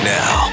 now